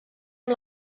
amb